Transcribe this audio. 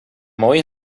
mooie